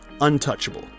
untouchable